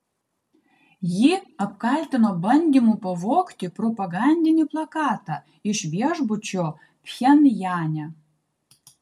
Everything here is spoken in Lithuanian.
jį apkaltino bandymu pavogti propagandinį plakatą iš viešbučio pchenjane